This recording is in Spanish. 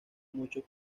muchos